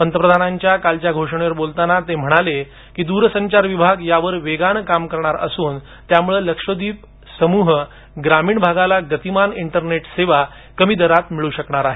पंतप्रधानाच्या कालच्या घोषणेवर बोलताना ते म्हणाले की दूर संचार विभाग यावर वेगाने काम करणार असून त्यामुळे लक्ष द्वीप समूह ग्रामीण भागाला गतिमान इंटरनेट सेवा कमी दरात मिळू शकणार आहे